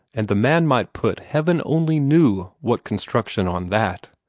and the man might put heaven only knew what construction on that.